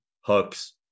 hooks